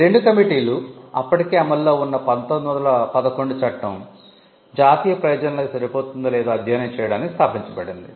ఈ రెండు కమిటీలు అప్పటికే అమల్లో ఉన్న 1911 చట్టం జాతీయ ప్రయోజనాలకు సరిపోతుందో లేదో అధ్యయనం చేయడానికి స్థాపించబడింది